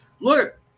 look